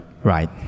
right